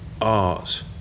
art